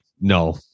no